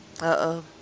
Uh-oh